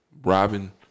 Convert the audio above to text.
Robin